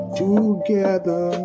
together